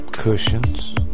cushions